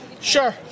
Sure